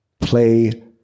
play